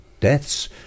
deaths